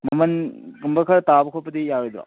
ꯃꯃꯜꯒꯨꯝꯕ ꯈꯔ ꯇꯥꯕ ꯈꯣꯠꯄꯗꯤ ꯌꯥꯔꯣꯏꯗ꯭ꯔꯣ